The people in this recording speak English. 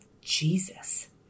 Jesus